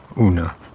Una